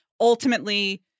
ultimately